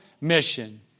mission